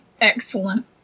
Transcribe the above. excellent